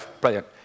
brilliant